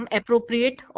appropriate